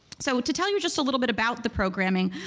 so to tell you just a little bit about the programming,